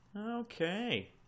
Okay